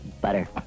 Butter